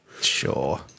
Sure